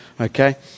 okay